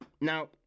Now